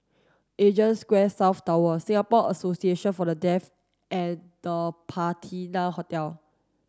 Asia Square South Tower Singapore Association for the Deaf and The Patina Hotel